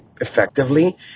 effectively